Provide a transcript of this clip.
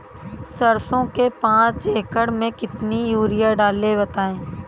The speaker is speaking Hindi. सरसो के पाँच एकड़ में कितनी यूरिया डालें बताएं?